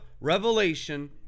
revelation